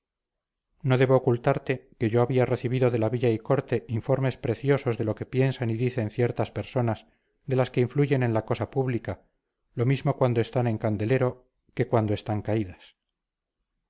no debo ocultarte que yo había recibido de la villa y corte informes preciosos de lo que piensan y dicen ciertas personas de las que influyen en la cosa pública lo mismo cuando están en candelero que cuando están caídas